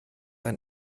ein